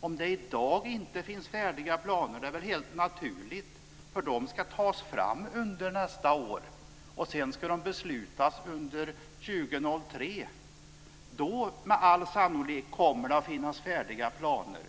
Om det i dag inte finns färdiga planer är det väl helt naturligt att de ska tas fram under nästa år, och sedan ska de beslutas under 2003. Då kommer det med all sannolikhet att finnas färdiga planer.